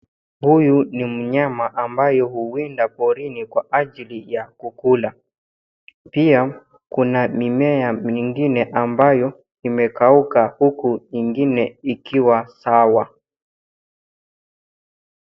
Huyu ni mnyama amabaye huwinda porini kwa ajili ya kukula. Pia kuna mimea mingine ambayo imekauka huku ingine ikiwa sawa.